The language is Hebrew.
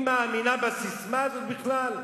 היא מאמינה בססמה הזאת בכלל?